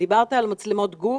דיברת על מצלמות גוף.